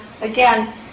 again